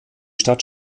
stadt